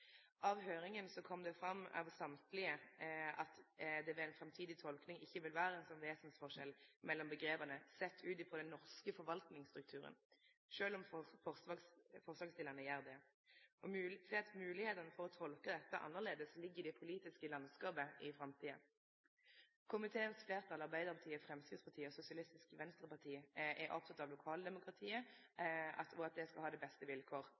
Av høyringa kom det fram frå alle at det ved ei framtidig tolking ikkje vil vere ein vesensforskjell mellom omgrepa sett ut frå den norske forvaltningsstrukturen, sjølv om forslagsstillarane gjer det. Moglegheitene for å tolke dette annleis ligg i det politiske landskapet i framtida. Komiteens fleirtal, Arbeidarpartiet, Framstegspartiet og Sosialistisk Venstreparti, er oppteke av at lokaldemokratiet skal ha dei beste vilkåra. Det